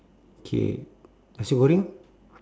K nasi-goreng